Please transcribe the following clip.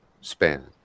span